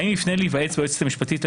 האם יפנה להיוועץ ביועצת המשפטית לממשלה?